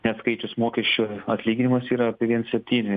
neatskaičius mokesčių atlyginimas yra apie viens septyni